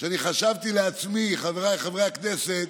שאני חשבתי לעצמי, חבריי חברי הכנסת: